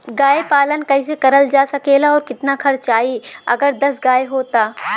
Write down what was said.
गाय पालन कइसे करल जा सकेला और कितना खर्च आई अगर दस गाय हो त?